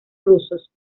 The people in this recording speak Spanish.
rusos